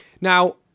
Now